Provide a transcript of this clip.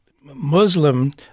Muslim